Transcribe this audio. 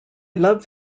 love